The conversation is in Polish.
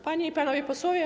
Panie i Panowie Posłowie!